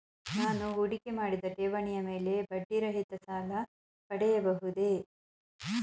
ನಾನು ಹೂಡಿಕೆ ಮಾಡಿದ ಠೇವಣಿಯ ಮೇಲೆ ಬಡ್ಡಿ ರಹಿತ ಸಾಲ ಪಡೆಯಬಹುದೇ?